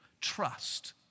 trust